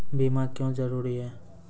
बीमा क्यों जरूरी हैं?